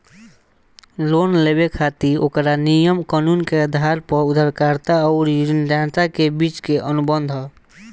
loan लेबे खातिर ओकरा नियम कानून के आधार पर उधारकर्ता अउरी ऋणदाता के बीच के अनुबंध ह